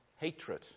hatred